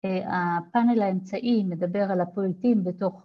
‫הפאנל האמצעי מדבר על הפריטים ‫בתוך...